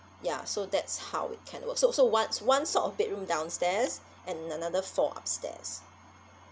ya so that's how it can work so so one s~ one sort of bedroom downstairs and another four upstairs